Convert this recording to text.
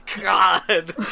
God